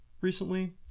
recently